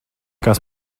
kas